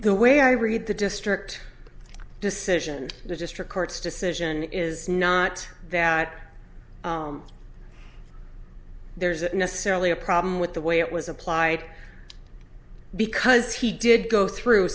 the way i read the district decision the district court's decision is not that there's necessarily a problem with the way it was applied because he did go through